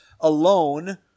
alone